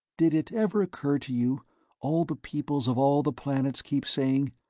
did it ever occur to you all the peoples of all the planets keep saying,